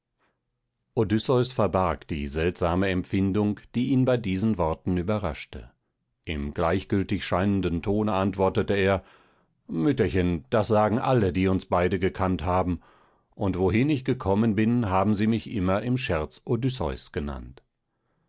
odysseus verbarg die seltsame empfindung die ihn bei diesen worten überraschte im gleichgültig scheinenden tone antwortete er mütterchen das sagen alle die uns beide gekannt haben und wohin ich gekommen bin haben sie mich immer im scherz odysseus genannt